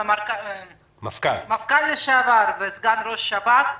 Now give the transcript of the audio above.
מפכ"ל לשעבר וסגן ראש השב"כ לשעבר: